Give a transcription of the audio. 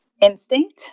Instinct